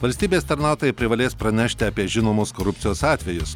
valstybės tarnautojai privalės pranešti apie žinomus korupcijos atvejus